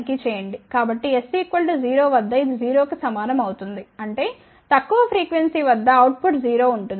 కాబట్టి s0 వద్ద ఇది 0 కి సమానం అవుతుంది అంటే తక్కువ ఫ్రీక్వెన్సీ వద్ద అవుట్ పుట్ 0 ఉంటుంది